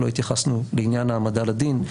לא התייחסנו לעניין העמדה לדין,